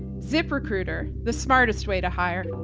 ziprecruiter, the smartest way to hire.